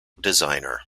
designer